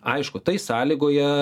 aišku tai sąlygoja